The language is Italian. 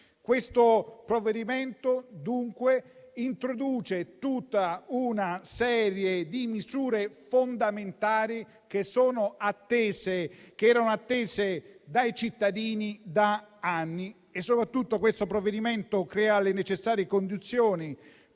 Questo provvedimento, dunque, introduce tutta una serie di misure fondamentali, che erano attese dai cittadini da anni. Soprattutto, questo provvedimento crea le necessarie condizioni